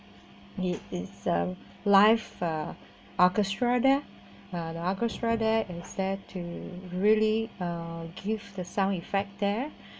it is uh live uh orchestra there uh orchestra there is there to really uh give the sound effect there